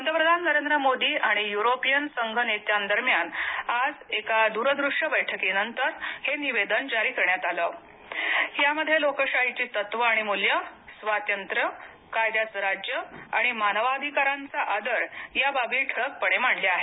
पंतप्रधान नरेंद्र मोदी आणि युरोपिय संघ नेत्यांदरम्यान आज एका दूरदृश्य बैठकीनंतर हे निवेदन जारी करण्यात आलं त्यामध्ये लोकशाहीची तत्वे आणि मूल्ये स्वातंत्र्य कायद्याचं राज्य आणि मानवाधिकारांचा आदर या बाबी ठळकपणे मांडल्या आहेत